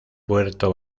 puerto